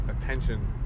attention